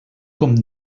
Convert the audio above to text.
com